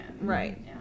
right